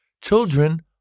Children